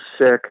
sick